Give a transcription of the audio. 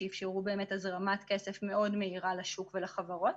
שאפשרו באמת הזרמת כסף מאוד מהירה לשוק ולחברות